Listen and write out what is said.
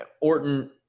Orton